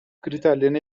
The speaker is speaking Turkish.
kriterlerini